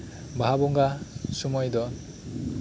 ᱵᱟᱦᱟ ᱵᱚᱸᱜᱟ ᱥᱚᱢᱚᱭ ᱫᱚ